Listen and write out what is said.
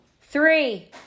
Three